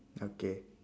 okay